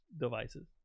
devices